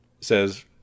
says